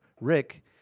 Rick